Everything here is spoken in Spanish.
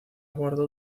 guardó